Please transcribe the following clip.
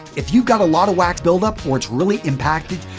if you got a lot of wax build up or it's really impacted,